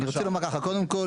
קודם כל,